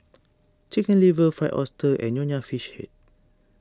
Chicken Liver Fried Oyster and Nonya Fish Head